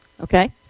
Okay